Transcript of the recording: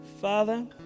Father